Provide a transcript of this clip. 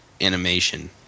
Animation